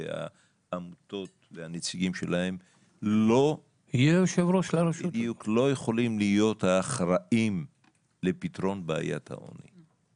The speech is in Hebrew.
והעמותות והנציגים שלהם לא יכולים להיות האחראים לפתרון בעיית העוני.